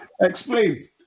explain